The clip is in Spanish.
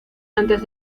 antes